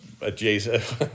adjacent